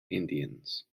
indians